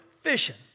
fishing